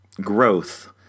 growth